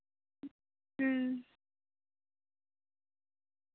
ᱩᱸ ᱦᱩᱸ